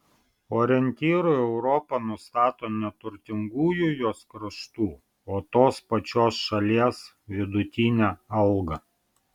orientyru europa nustato ne turtingųjų jos kraštų o tos pačios šalies vidutinę algą